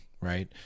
right